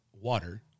water